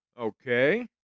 Okay